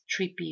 trippy